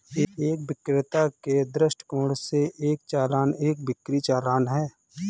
एक विक्रेता के दृष्टिकोण से, एक चालान एक बिक्री चालान है